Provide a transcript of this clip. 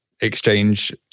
exchange